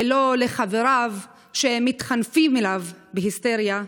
ולא לחבריו שמתחנפים אליו בהיסטריה,